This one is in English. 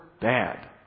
bad